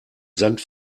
sand